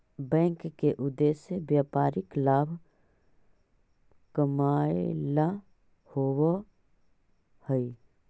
bank के उद्देश्य व्यापारिक लाभ कमाएला होववऽ हइ